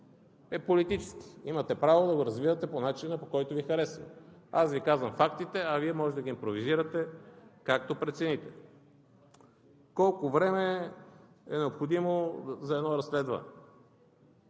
е политически. Имате право да го развивате по начина, по който Ви харесва. Казвам Ви фактите, а Вие може да ги импровизирате, както прецените. Колко време е необходимо за едно разследване?